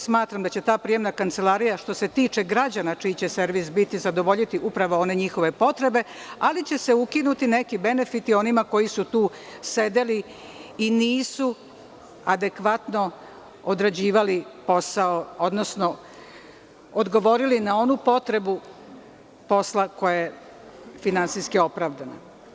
Smatram da će ta prijemna kancelarija, što se tiče građana čiji će servis biti, zadovoljiti upravo one njihove potrebe, ali će se ukinuti neki benefiti onima koji su tu sedeli i nisu adekvatno odrađivali posao, odnosno odgovorili na onu potrebu posla koja je finansijski opravdana.